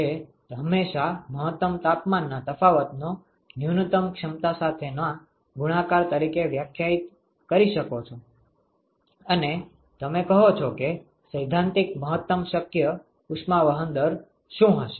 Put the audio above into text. જે તમે હંમેશા મહત્તમ તાપમાનના તફાવતનો ન્યુનત્તમ ક્ષમતા સાથેના ગુણાકાર તરીકે વ્યાખ્યાયિત કરી શકો છો અને તમે કહો છો કે સૈદ્ધાંતિક મહત્તમ શક્ય ઉષ્માવહન દર શું હશે